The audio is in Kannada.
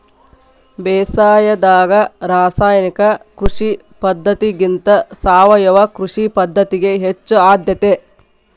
ಬೇಸಾಯದಾಗ ರಾಸಾಯನಿಕ ಕೃಷಿ ಪದ್ಧತಿಗಿಂತ ಸಾವಯವ ಕೃಷಿ ಪದ್ಧತಿಗೆ ಹೆಚ್ಚು ಆದ್ಯತೆ